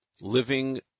living